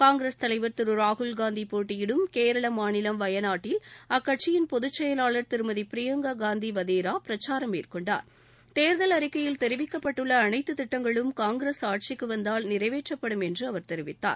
காங்கிரஸ் தலைவர் திரு ராகுல்காந்தி போட்டியிடும் கேரள மாநிலம் வயநாட்டில் அக்கட்சியின் பொதுச் செயலாளர் திருமதி பிரியங்கா காந்தி வதேரா பிரச்சாரம் மேற்கொண்டார்கட்சியின் தேர்தல் அறிக்கையில் தெரிவிக்கப்பட்டுள்ள அனைத்து திட்டங்களும் காங்கிரஸ் ஆட்சிக்கு வந்தால் நிறைவேற்றப்படும் என்று தெரிவித்தார்